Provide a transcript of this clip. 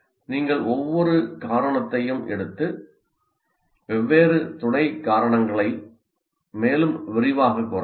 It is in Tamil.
நீங்கள் ஒவ்வொரு காரணத்தையும் எடுத்து வெவ்வேறு துணை காரணங்களை மேலும் விரிவாகக் கூறலாம்